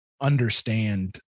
understand